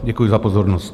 Děkuji za pozornost.